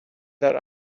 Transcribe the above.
that